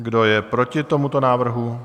Kdo je proti tomuto návrhu?